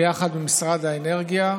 וביחד עם משרד האנרגיה,